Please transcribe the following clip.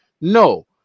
no